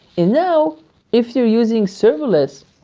now, if you're using serverless,